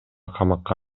камакка